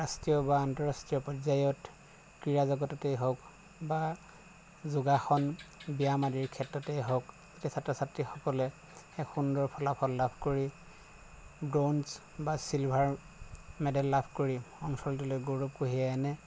ৰাষ্ট্ৰীয় বা আন্তঃৰাষ্ট্ৰীয় পৰ্যায়ত ক্ৰীড়া জগততেই হওক বা যোগাসন ব্যায়াম আদিৰ ক্ষেত্ৰতেই হওক যেতিয়া ছাত্ৰ ছাত্ৰীসকলে এক সুন্দৰ ফলাফল লাভ কৰি ব্ৰঞ্জ বা চিলভাৰ মেডেল লাভ কৰি অঞ্চলটোলে গৌৰৱ কঢ়িয়াই আনে